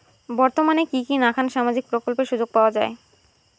বর্তমানে কি কি নাখান সামাজিক প্রকল্পের সুযোগ পাওয়া যায়?